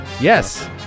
Yes